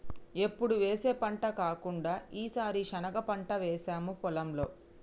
ఎప్పుడు వేసే పంట కాకుండా ఈసారి శనగ పంట వేసాము పొలంలో